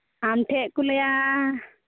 ᱟᱢ ᱴᱷᱮᱱ ᱠᱚ ᱞᱟᱹᱭᱟ